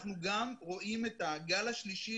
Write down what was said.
אנחנו גם רואים את הגל השלישי,